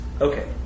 okay